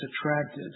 attracted